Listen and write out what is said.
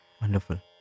wonderful